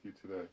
today